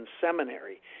seminary